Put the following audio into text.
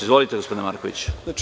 Izvolite, gospodine Markoviću.